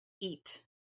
eat